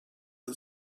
and